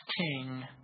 king